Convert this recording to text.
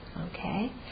Okay